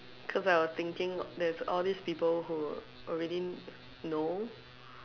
cause I was thinking there's all these people who already know